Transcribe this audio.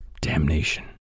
Damnation